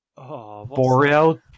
Boreal